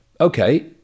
okay